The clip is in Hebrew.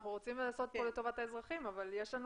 אנחנו רוצים לעשות כאן לטובת האזרחים אבל יש לנו